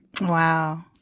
Wow